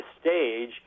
stage